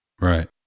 right